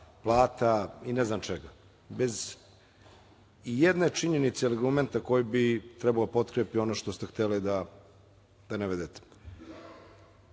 plata i ne znam čega bez i jedne činjenice ili momenta koji bi trebalo da potkrepi ono što ste hteli da navedete. Što